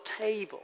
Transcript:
table